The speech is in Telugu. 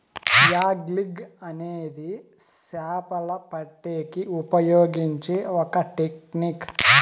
యాగ్లింగ్ అనేది చాపలు పట్టేకి ఉపయోగించే ఒక టెక్నిక్